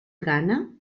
gana